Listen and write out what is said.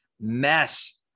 mess